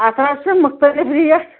اتھ حظ چھِ مُختلف رٮ۪ٹ